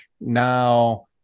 now